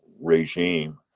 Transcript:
regime